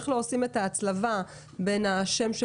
איך לא עושים את ההצלבה בין השם של